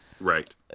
right